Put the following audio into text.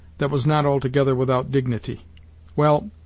that was not altogether without dignity well,